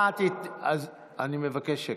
אני מבקש שקט.